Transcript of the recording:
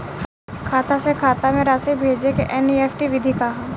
खाता से खाता में राशि भेजे के एन.ई.एफ.टी विधि का ह?